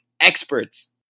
experts